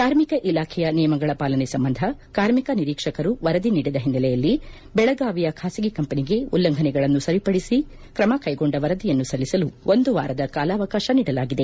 ಕಾರ್ಮಿಕ ಇಲಾಖೆಯ ನಿಯಮಗಳ ಪಾಲನೆ ಸಂಬಂಧ ಕಾರ್ಮಿಕ ನಿರೀಕ್ಷಕರು ವರದಿ ನೀಡಿದ ಹಿನ್ನಲೆಯಲ್ಲಿ ಬೆಳಗಾವಿಯ ಬಾಸಗಿ ಕಂಪನಿಗೆ ಉಲ್ಲಂಘನೆಗಳನ್ನು ಸರಿಪಡಿಸಿ ತ್ರಮಕ್ಕೆಗೊಂಡ ವರದಿಯನ್ನು ಸಲ್ಲಿಸಲು ಒಂದು ವಾರದ ಕಾಲಾವಕಾಶ ನೀಡಲಾಗಿದೆ